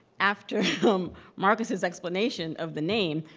after marcus's explanation of the name,